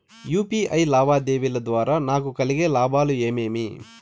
UPI లావాదేవీల ద్వారా నాకు కలిగే లాభాలు ఏమేమీ?